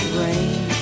rain